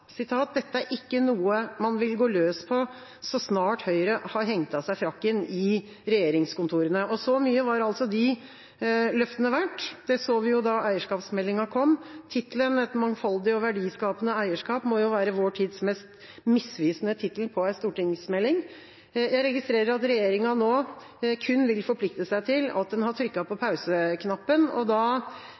er noe man vil gå løs på så snart Høyre har hengt av seg frakken i regjeringskontorene». Så mye var altså de løftene verdt – det så vi jo da eierskapsmeldinga kom. Tittelen «Et mangfoldig og verdiskapende eierskap» må være vår tids mest misvisende tittel på en stortingsmelding. Jeg registrerer at regjeringa nå kun vil forplikte seg til at den har trykket på pause-knappen, og da